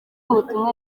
ubutumwa